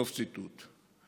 סוף ציטוט.